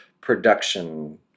production